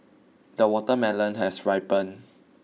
the watermelon has ripened